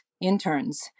interns